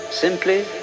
Simply